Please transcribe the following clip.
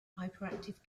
hyperactive